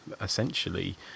essentially